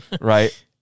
Right